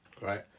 right